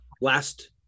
last